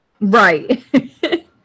Right